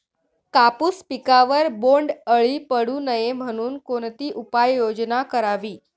कापूस पिकावर बोंडअळी पडू नये म्हणून कोणती उपाययोजना करावी?